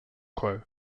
quo